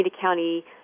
County